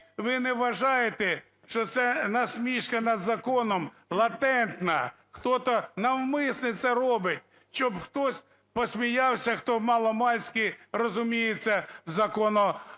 Ви не вважаєте, що це насмішка над законом латентна. Хтось навмисно це робить, щоб хтось посміявся, хто мало-мальськи розуміється в